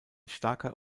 starker